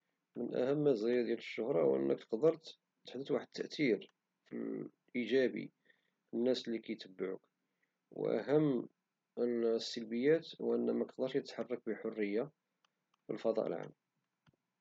من اهم المزايا ديال الشهرة هو انك تقدر تحدت واحد التأتير ايجابي الناس اللي كيتبعوك واهم السلبيات هو انك مكتقدرشي تحرك بحرية في الفضاء العام